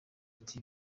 ati